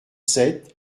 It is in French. sept